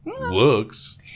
Looks